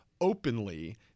openly